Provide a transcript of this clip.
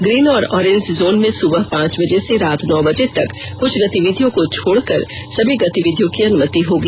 green और orange zone में सुबह पांच बजे से रात नौ बजे तक ं कुछ गतिविधियों को छोड़कर सभी गतिविधियों की अनुमति होगी